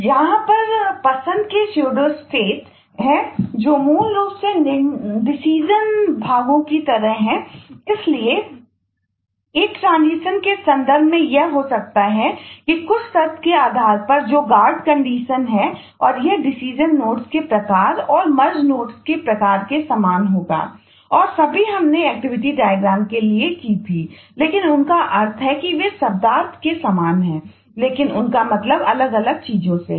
यहां पर पसंद के स्यूडो स्टेट्स के लिए की थी लेकिन उनका अर्थ है कि वे शब्दार्थ के समान हैं लेकिन उनका मतलब अलग अलग चीजों से है